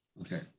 Okay